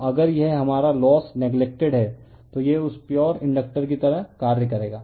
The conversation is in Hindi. तो अगर यह हमारा लोस नेग्लेक्टेड है तो यह उस प्योर इंडकटर की तरह कार्य करेगा